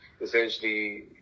essentially